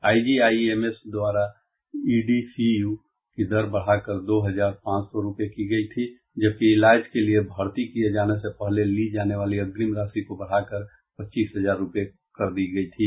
IGIMS द्वारा EDCU की दर बढ़ाकर दो हजार पांच सौ रुपये की गई थी जबकि इलाज के लिए भर्ती किये जाने से पहले ली जाने वाली अग्रिम राशि को बढ़ाकर पच्चीस हजार रुपये कर दी गई थी